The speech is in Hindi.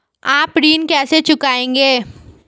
आप ऋण कैसे चुकाएंगे?